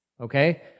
okay